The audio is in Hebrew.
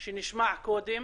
שנשמע קודם